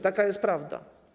Taka jest prawda.